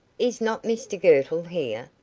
is not mr girtle here?